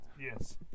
yes